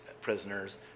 Prisoners